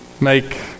make